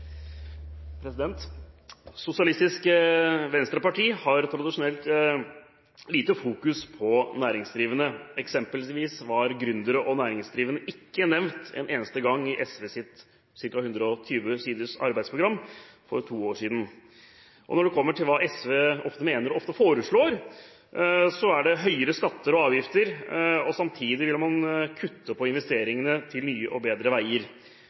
replikkordskifte. Sosialistisk Venstreparti har tradisjonelt lite fokus på næringsdrivende. Eksempelvis var gründere og næringsdrivende ikke nevnt en eneste gang i SVs ca. 120 siders arbeidsprogram for to år siden. Når man kommer til hva SV ofte mener og ofte foreslår, er det høyere skatter og avgifter, og samtidig vil man kutte på investeringene til nye og bedre veier